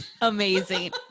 Amazing